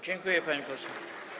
Dziękuję, pani poseł.